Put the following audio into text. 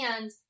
And-